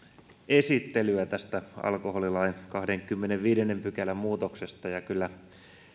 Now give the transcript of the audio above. esittelyä tästä alkoholilain kahdennenkymmenennenviidennen pykälän muutoksesta ja kyllä